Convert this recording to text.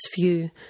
view